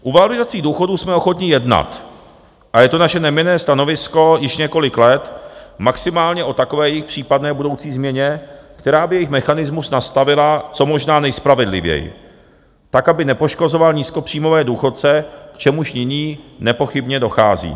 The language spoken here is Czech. U valorizací důchodů jsme ochotni jednat a je to naše neměnné stanovisko již několik let, maximálně o takové jejich případné budoucí změně, která by jejich mechanismus nastavila co možná nejspravedlivěji, tak, aby nepoškozoval nízkopříjmové důchodce, k čemuž nyní nepochybně dochází.